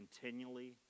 continually